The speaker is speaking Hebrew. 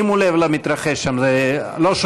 עם מוגבלות אני חושבת שהזכות הגדולה ביותר שנפלה בחלקי היא